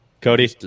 Cody